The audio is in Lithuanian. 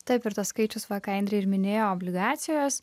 taip ir tas skaičius va ką indrė ir minėjo obligacijos